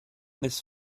this